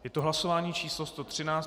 Je to hlasování číslo 113.